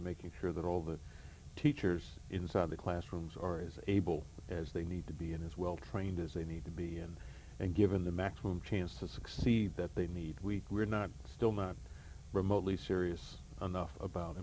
to making sure that all the teachers inside the classrooms are as able as they need to be and as well trained as they need to be and and given the maximum chance to succeed that they need we are not still not remotely serious enough about